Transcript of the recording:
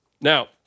Now